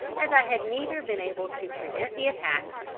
as i had neither been able to prevent the attacks,